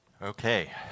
Okay